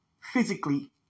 physically